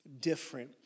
different